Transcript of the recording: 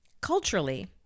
Culturally